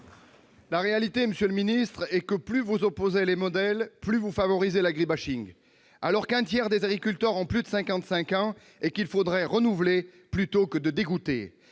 La réalité, monsieur le ministre, c'est que plus vous opposez les modèles, plus vous favorisez l'agribashing, alors qu'un tiers des agriculteurs a plus de 55 ans et qu'il faudrait renouveler les exploitants